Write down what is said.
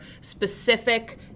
specific